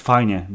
Fajnie